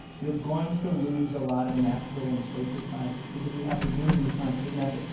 you're going to lose a lot of natural and social scientists because we happen to believe in the scientific method.